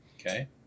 Okay